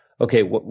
okay